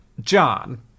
John